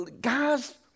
guys